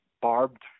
barbed